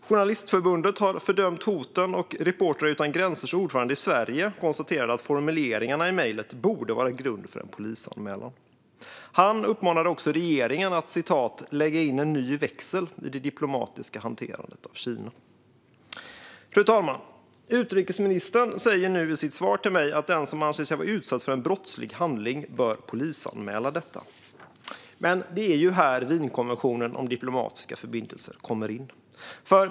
Journalistförbundet har fördömt hoten, och Reportrar utan gränsers ordförande i Sverige konstaterade att formuleringarna i mejlet borde vara grund för en polisanmälan. Han uppmanade också regeringen att "lägga i en ny växel i det diplomatiska hanterandet av Kina". Fru talman! Utrikesministern säger nu i sitt svar till mig att den som anser sig vara utsatt för en brottslig handling bör polisanmäla detta. Men det är här Wienkonventionen om diplomatiska förbindelser kommer in.